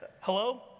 Hello